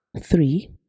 Three